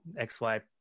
XY